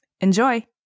Enjoy